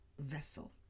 vessel